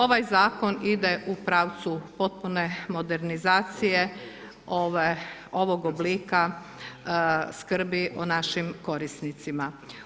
Ovaj Zakon ide u pravcu potpune modernizacije ovog oblika skrbi o našim korisnicima.